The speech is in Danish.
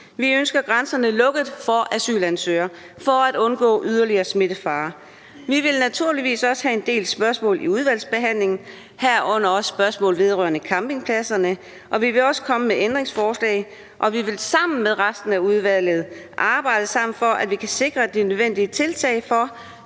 Vi ønsker grænserne lukket for asylansøgere for at undgå yderligere smittefare. Vi vil naturligvis også have en del spørgsmål i udvalgsbehandlingen, herunder også spørgsmål vedrørende campingpladserne, og vi vil også komme med ændringsforslag, og vi vil sammen med resten af udvalget arbejde sammen for, at man kan sikre de nødvendige tiltag, for